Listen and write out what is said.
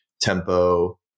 tempo